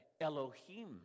Elohim